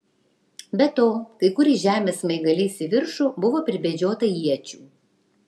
be to kai kur į žemę smaigaliais į viršų buvo pribedžiota iečių